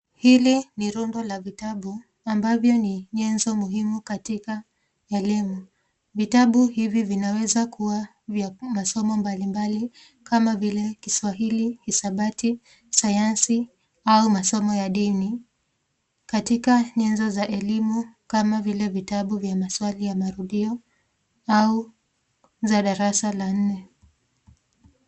Hili ni rundo la vitabu ambavyo ni nyanza muhimu katika elimu. Vitabu hivi vinaweza kuwa vya masomo mbalimbali kama vile kiswahili, hesabati, sayansi au masomo ya dini katika nyanza za elimu kama vile vitabu vya maswali ya marudio au za darasa la nne.